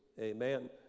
Amen